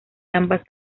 ambas